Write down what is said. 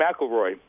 McElroy